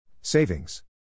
Savings